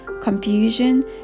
confusion